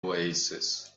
oasis